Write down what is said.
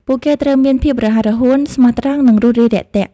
ពួកគេត្រូវមានភាពរហ័សរហួន ស្មោះត្រង់ និងរួសរាយរាក់ទាក់។